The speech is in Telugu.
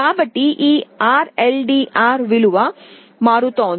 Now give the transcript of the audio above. కాబట్టి ఈ RLDR విలువ మారుతోంది